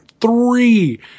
Three